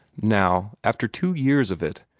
now, after two years of it,